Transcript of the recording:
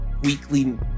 weekly